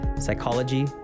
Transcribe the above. psychology